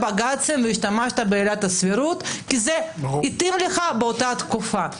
והשתמשת בעילת הסבירות כי זה התאים לך באותה תקופה.